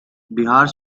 bihar